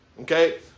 okay